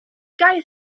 guy